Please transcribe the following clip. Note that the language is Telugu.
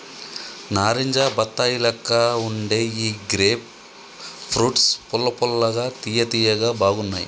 నారింజ బత్తాయి లెక్క వుండే ఈ గ్రేప్ ఫ్రూట్స్ పుల్ల పుల్లగా తియ్య తియ్యగా బాగున్నాయ్